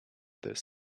this